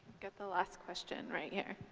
get the last question right here.